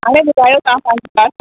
हाणे ॿुधायो तव्हां पंहिंजी ॻाल्हि